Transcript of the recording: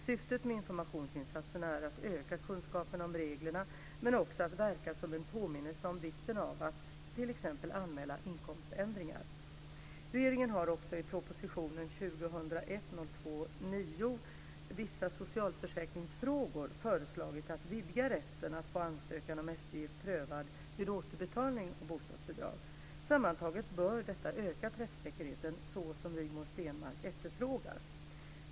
Syftet med informationsinsatserna är att öka kunskaperna om reglerna, men också att verka som en påminnelse om vikten av att t.ex. anmäla inkomständringar. Regeringen har också i propositionen 2001/02:9 Vissa socialförsäkringsfrågor föreslagit att vidga rätten att få ansökan om eftergift prövad vid återbetalning av bostadsbidrag. Sammantaget bör detta öka träffsäkerheten så som Rigmor Stenmark efterfrågar.